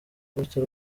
gutya